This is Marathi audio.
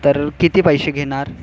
तर किती पैसे घेणार